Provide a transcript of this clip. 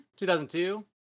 2002